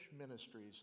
ministries